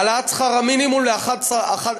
העלאת שכר המינימום ל-11,000,